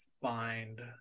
find